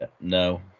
No